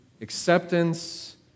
acceptance